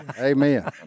Amen